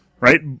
right